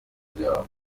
byabo